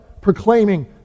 proclaiming